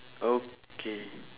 okay